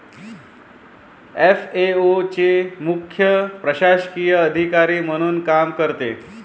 FAO चे मुख्य प्रशासकीय अधिकारी म्हणून काम करते